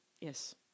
yes